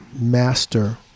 master